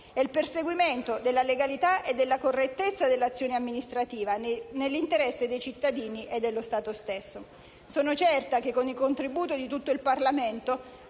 e il perseguimento della legalità e della correttezza dell'azione amministrativa, nell'interesse dei cittadini e dello Stato stesso. Sono certa che con il contributo di tutto il Parlamento